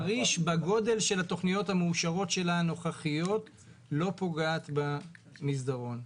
חריש בגודל של התכניות המאושרות הנוכחיות שלה לא פוגעת במסדרון.